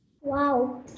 Wow